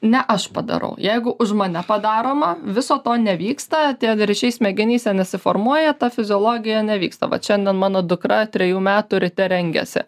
ne aš padarau jeigu už mane padaroma viso to nevyksta tie ryšiai smegenyse nesiformuoja ta fiziologija nevyksta vat šiandien mano dukra trejų metų ryte rengiasi